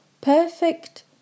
Perfect